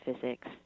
physics